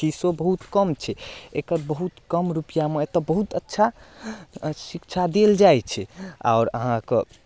फिसो बहुत कम छै एतऽ बहुत कम रुपैआमे एतऽ बहुत अच्छा शिक्षा देल जाइ छै आओर अहाँके